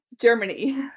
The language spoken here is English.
Germany